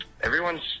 Everyone's